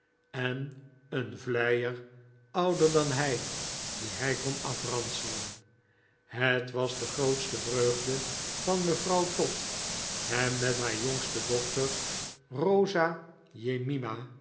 en een vleier ouder dan hij dien hij kon afranselen het was de grootste vreugde van mevrouw todd hem met haar jongste dochter rosa jemima